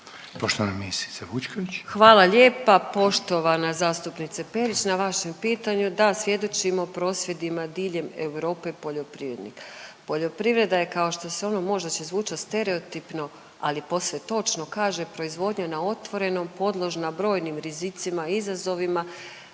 **Vučković, Marija (HDZ)** Hvala lijepa poštovana zastupnice Perić na vašem pitanju. Da, svjedočimo prosvjedima diljem Europe poljoprivrednika. Poljoprivreda je kao što se ono možda će zvučat stereotipno, ali posve točno kaže proizvodnja na otvorenom podložna brojnim rizicima i izazovima